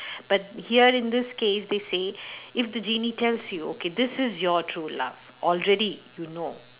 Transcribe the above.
but here in this case they say if the genie tells you okay this is your true love already you know